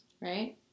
Right